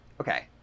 okay